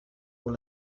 pour